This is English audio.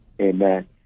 amen